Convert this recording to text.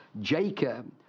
Jacob